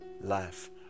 life